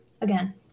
Again